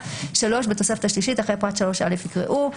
בתוספת השלישית, אחרי פרט 3א יקראו: